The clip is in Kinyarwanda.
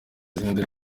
izindi